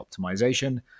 optimization